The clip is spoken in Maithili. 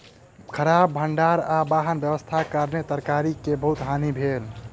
खराब भण्डार आ वाहन व्यवस्थाक कारणेँ तरकारी के बहुत हानि भेल